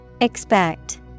Expect